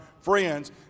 friends